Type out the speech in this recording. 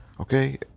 okay